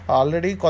already